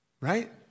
right